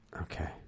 Okay